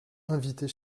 invités